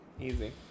easy